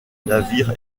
navire